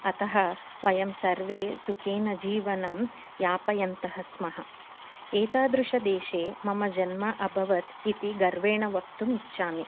अतः वयं सर्वे सुखेन जीवनं यापयन्तः स्मः एतादृश देशे मम जन्म अभवत् इति गर्वेण वक्तुम् इच्छामि